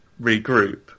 regroup